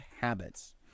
habits